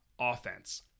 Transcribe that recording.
offense